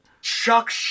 Chuck